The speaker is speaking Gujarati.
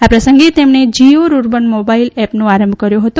આ પ્રસંગે તેમણે જીઓ રૂરબન મોબાઇલ એપનો આરંભ કર્યો હતો